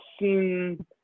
seen